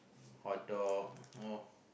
hot dog